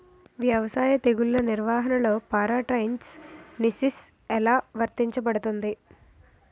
వ్యవసాయ తెగుళ్ల నిర్వహణలో పారాట్రాన్స్జెనిసిస్ఎ లా వర్తించబడుతుంది?